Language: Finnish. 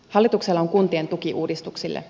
hallituksella on kuntien tuki uudistuksille